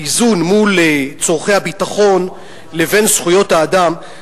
האיזון מול צורכי הביטחון לבין זכויות האדם,